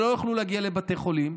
לא יוכלו להגיע לבתי חולים,